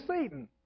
Satan